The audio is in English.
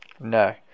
No